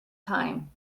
time